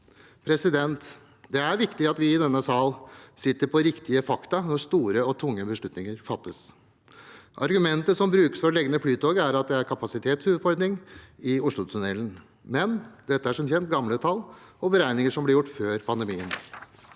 i fokus. Det er viktig at vi i denne sal sitter på riktige fakta når store og tunge beslutninger fattes. Argumentet som brukes for å legge ned Flytoget, er at det er kapasitetsutfordringer i Oslotunnelen, men dette er som kjent gamle tall og beregninger som ble gjort før pandemien.